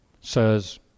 says